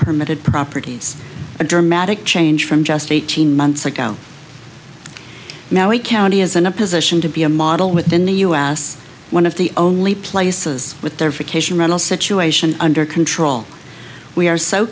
unpermitted properties a dramatic change from just eighteen months ago now a county is in a position to be a model within the us one of the only places with their vacation rental situation under control we are so